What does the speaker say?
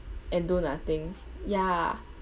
and do nothing ya